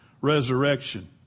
resurrection